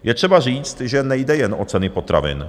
Je třeba říct, že nejde jen o ceny potravin.